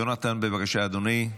יונתן, בבקשה, אדוני,